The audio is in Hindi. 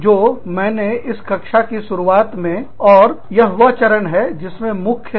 जो मैंने इस कक्षा की शुरुआत में और यह वह चरण है जिसमें मुख्य था